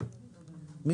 המנכ"ל של